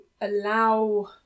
allow